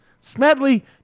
Smedley